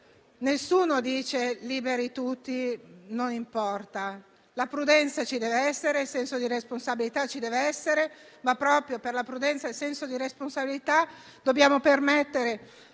Nessuno dice: liberi tutti, non importa. La prudenza e il senso di responsabilità ci devono essere, ma proprio per prudenza e per senso di responsabilità dobbiamo permettere